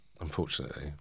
unfortunately